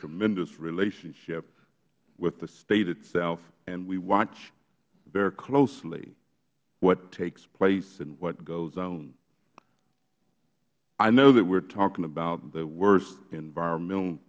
tremendous relationship with the state itself and we watch very closely what takes place and what goes on i know we're talking about the worst environmental